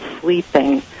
sleeping